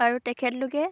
আৰু তেখেতলোকে